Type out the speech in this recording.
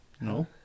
No